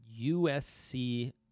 USC